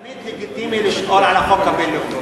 תמיד לגיטימי לשאול על החוק הבין-לאומי,